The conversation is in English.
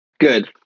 Good